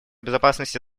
безопасности